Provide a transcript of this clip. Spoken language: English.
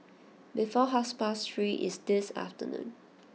before half past three is this afternoon